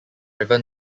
river